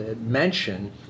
mention